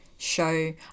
Show